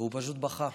והוא פשוט בכה.